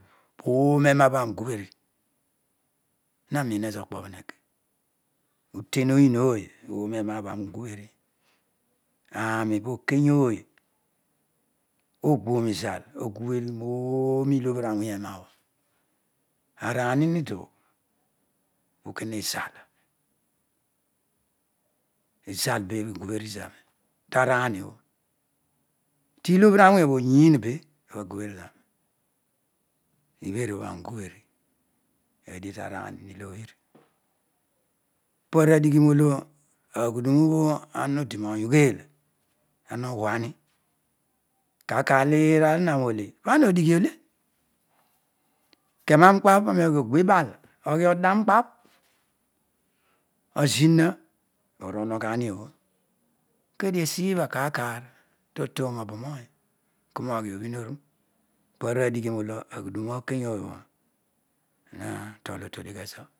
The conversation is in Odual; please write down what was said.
Oone ma bho aani ugubheri ananin, ezo okpobho heki uten onyi ooy oome nabho aani ugubheri aani pokeooy ogbebh ooro izaal bha agubheri noor nilo bhuawony enabho aranini dugh oghizaal izu be bho gubheri zani tarani obho tilobhira wyobho onyii be bho agubheri zani iberiobho oani ugubheri adigh tanan mlobhri paruadigni nolo ughuduru olo udinooy ughel ana ugbuani kaai uli iraar zina nole pana odighi ole kiana mukpabh azina uruongho ahh obho keduo esibha kaai kaai to tom obonony konoghi oburu oru baru adighinolo oghudu okeooy obho naa tool otoinghezo